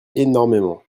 énormément